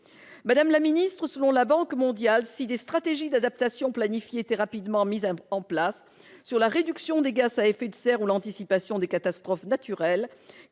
Madame la ministre, selon la Banque mondiale, si des stratégies d'adaptation planifiées étaient rapidement mises en place sur la réduction des gaz à effet de serre ou sur l'anticipation des catastrophes naturelles,